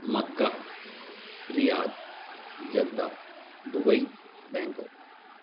Mecca Riyadh Jeddah Dubai Bangkok